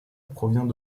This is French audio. provient